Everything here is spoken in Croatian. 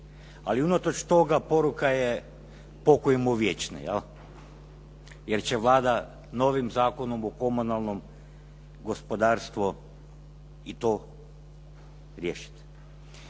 Ali unatoč toga, poruka je pokoj mu vječni, je li? Jer će Vlada novim Zakonom o komunalnom gospodarstvu i to riješiti.